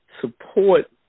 support